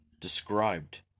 described